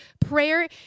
prayer